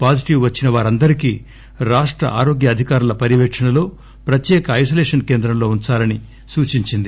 positive వచ్చిన వారందరికి రాష్ట ఆరోగ్య అధికారుల పర్యవేకణ లో ప్రత్యేక ఐనోలేషన్ కేంద్రంలో వుంచాలని సూచించింది